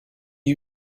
you